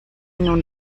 nun